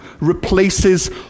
replaces